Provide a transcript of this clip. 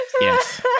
Yes